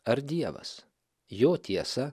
ar dievas jo tiesa